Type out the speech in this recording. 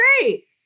great